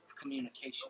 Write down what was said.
communication